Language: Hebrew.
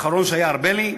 האחרון שהיה, ארבלי.